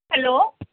hello